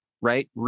right